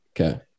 Okay